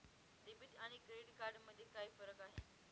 Debit आणि credit card मध्ये काय फरक आहे?